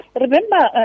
Remember